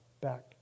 back